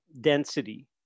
density